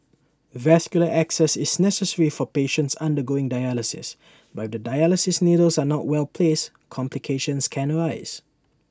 vascular access is necessary for patients undergoing dialysis but if the dialysis needles are not well placed complications can arise